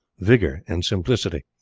vigour, and simplicity.